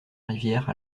rivière